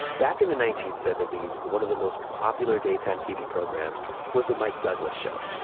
back in the nineteen seventy s, one of the most popular daytime tv programs was the mike douglas show.